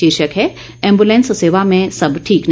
शीर्षक है एंबुलैंस सेवा में सब ठीक नहीं